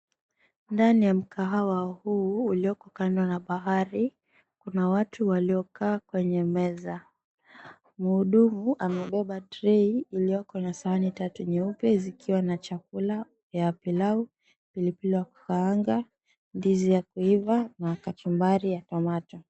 Ndani ya mkahawa huu ulioko na bahari, kuna watu waliokaa kwenye meza. Mhudumu amebeba trei iliyoko na sahani tatu nyeupe, zikiwa na chakula ya pilau, pilipili ya kukaanga, ndizi ya kuiva, na kachumbari ya tomato .